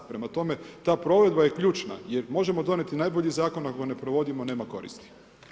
Prema tome, ta provedba je ključna jer možemo donijeti najbolji zakon ako ga ne provodimo nema koristi.